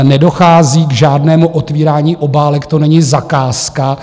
Nedochází k žádnému otvírání obálek, to není zakázka.